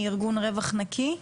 בבקשה, מארגון "רווח נקי".